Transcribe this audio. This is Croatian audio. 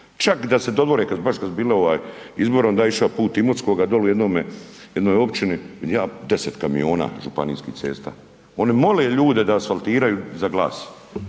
Čak da se dodvore, kad baš kad su bili izbori, onda je išao put Imotskoga, dolje jednoga, jednoj općini, vidim ja 10 kamiona županijskih cesta. Oni mole ljude da asfaltiraju za glas.